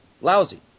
lousy